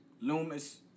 Loomis